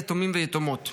היתומים והיתומות.